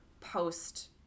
post